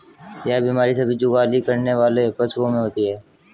यह बीमारी सभी जुगाली करने वाले पशुओं में होती है